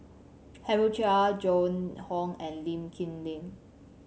Henry Chia Joan Hon and Lee Kip Lin